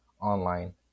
online